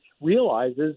realizes